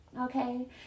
Okay